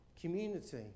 community